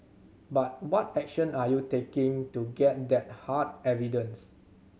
but what action are you taking to get that hard evidence